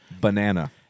banana